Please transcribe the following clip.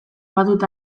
badut